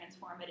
transformative